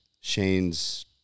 Shane's